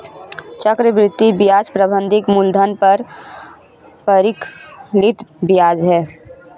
चक्रवृद्धि ब्याज प्रारंभिक मूलधन पर परिकलित ब्याज है